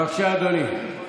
בבקשה, אדוני.